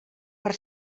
per